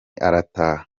arataha